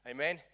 Amen